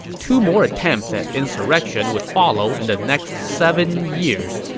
two more attempts at insurrection would follow in the next seven years,